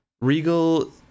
Regal